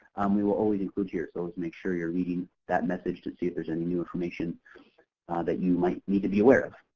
we will always include here, so make sure you're reading that message to see if there's any new information that you might need to be aware of.